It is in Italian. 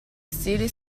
stili